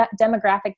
demographic